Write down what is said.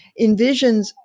envisions